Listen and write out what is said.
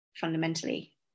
fundamentally